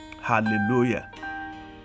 Hallelujah